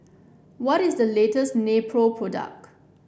what is the latest Nepro product